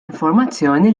informazzjoni